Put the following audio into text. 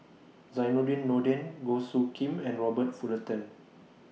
Zainudin Nordin Goh Soo Khim and Robert Fullerton